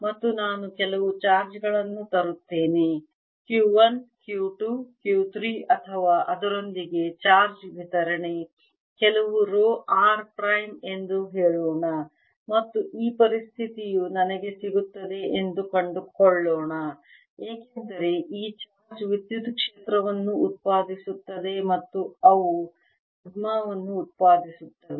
ಮತ್ತು ನಾನು ಕೆಲವು ಚಾರ್ಜ್ ಗಳನ್ನು ತರುತ್ತೇನೆ Q 1 Q 2 Q 3 ಅಥವಾ ಅದರೊಂದಿಗೆ ಚಾರ್ಜ್ ವಿತರಣೆ ಕೆಲವು ರೋ r ಪ್ರೈಮ್ ಎಂದು ಹೇಳೋಣ ಮತ್ತು ಈ ಪರಿಸ್ಥಿತಿಯು ನನಗೆ ಸಿಗುತ್ತದೆ ಎಂದು ಕಂಡುಕೊಳ್ಳೋಣ ಏಕೆಂದರೆ ಈ ಚಾರ್ಜ್ ವಿದ್ಯುತ್ ಕ್ಷೇತ್ರವನ್ನು ಉತ್ಪಾದಿಸುತ್ತದೆ ಮತ್ತು ಅವು ಸಿಗ್ಮಾ ವನ್ನು ಉತ್ಪಾದಿಸುತ್ತವೆ